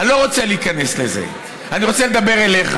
אני לא רוצה להיכנס לזה, אני רוצה לדבר אליך.